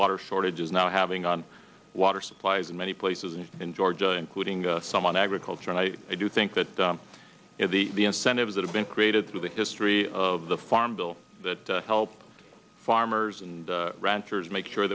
water shortage is now having on water supplies in many places in georgia including some on agriculture and i do think that the the incentives that have been created through the history of the farm bill that help armors and ranchers make sure